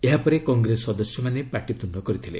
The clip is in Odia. ଏହାପରେ କଂଗ୍ରେସ ସଦସ୍ୟମାନେ ପାଟିତୁଣ୍ଡ କରିଥିଲେ